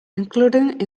including